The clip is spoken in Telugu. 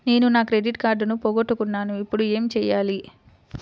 నేను నా క్రెడిట్ కార్డును పోగొట్టుకున్నాను ఇపుడు ఏం చేయాలి?